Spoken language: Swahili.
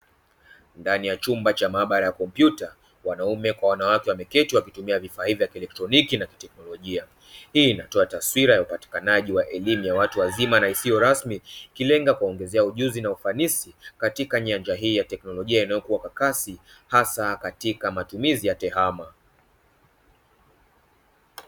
Ndani ya chumba cha maabara ya kompyuta wanaume kwa wanawake wameketi wakitumia vifaa hivi vya kieletroniki na vya kiteknolojia. Hii inatoa taswira ya upatikanaji wa elimu ya watu wazima na isiyo rasmi, ikilenga kuwaongezea ujuzi na ufanisi katika nyanja hii ya teknolojia inayokuwa kwa kasi hasa katika matumizi ya tehama.